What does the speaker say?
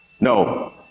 No